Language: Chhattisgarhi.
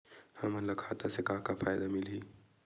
हमन ला खाता से का का फ़ायदा मिलही?